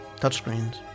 Touchscreens